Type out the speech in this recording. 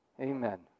Amen